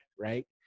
right